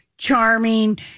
charming